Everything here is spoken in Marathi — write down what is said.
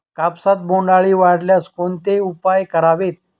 कापसात बोंडअळी आढळल्यास कोणते उपाय करावेत?